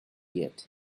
yet